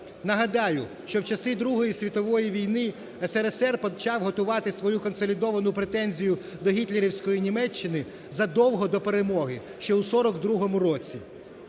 Нагадаю, що в часи Другої світової війни СРСР почав готувати свою консолідовану претензію до гітлерівської Німеччини задовго до Перемоги, ще у 42-му році.